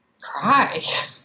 cry